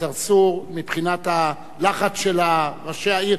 צרצור מבחינת הלחץ של ראשי העיר?